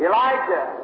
Elijah